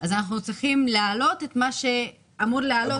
אז אנחנו צריכים להעלות את מה שאמור לעלות.